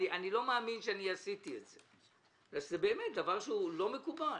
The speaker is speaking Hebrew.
אני לא מאמין שאני עשיתי את זה, זה דבר לא מקובל.